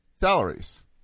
salaries